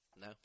No